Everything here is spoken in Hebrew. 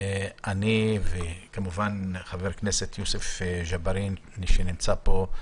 אנחנו אני וכמובן חבר הכנסת יוסף ג'בארין שנמצא פה,